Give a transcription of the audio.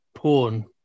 porn